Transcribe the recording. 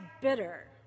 bitter